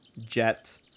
jet